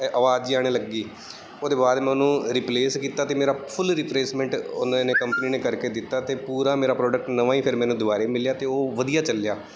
ਆਵਾਜ਼ ਜਿਹੀ ਆਉਣ ਲੱਗੀ ਉਹਦੇ ਬਾਅਦ ਮੈਂ ਉਹਨੂੰ ਰਿਪਲੇਸ ਕੀਤਾ ਅਤੇ ਮੇਰਾ ਫੁੱਲ ਰਿਪਰੇਸਮੈਂਟ ਉਹਨਾਂ ਨੇ ਕੰਪਨੀ ਨੇ ਕਰਕੇ ਦਿੱਤਾ ਅਤੇ ਪੂਰਾ ਮੇਰਾ ਪ੍ਰੋਡਕਟ ਨਵਾਂ ਹੀ ਫਿਰ ਮੈਨੂੰ ਦੁਬਾਰੇ ਮਿਲਿਆ ਅਤੇ ਉਹ ਵਧੀਆ ਚੱਲਿਆ